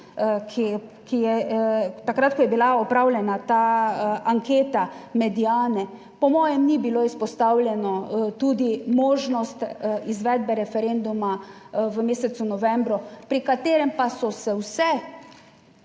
ki je, takrat, ko je bila opravljena ta anketa Mediane, po mojem ni bilo izpostavljeno tudi možnost izvedbe referenduma v mesecu novembru, pri katerem pa so se vse